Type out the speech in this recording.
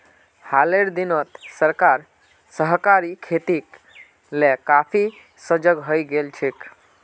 हालेर दिनत सरकार सहकारी खेतीक ले काफी सजग हइ गेल छेक